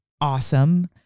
awesome